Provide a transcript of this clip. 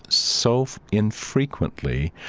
so infrequently.